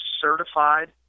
certified